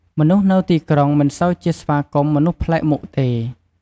មនុស្សនៅទីក្រុង មិនសូវជាស្វាគមន៍មនុស្សភ្លែកមុខទេ។